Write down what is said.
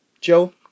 Joe